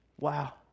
Wow